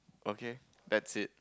okay that's it